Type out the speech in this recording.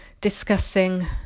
discussing